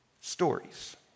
Stories